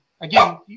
again